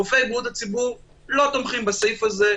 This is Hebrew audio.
רופאי בריאות הציבור לא תומכים בסעיף הזה,